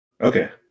Okay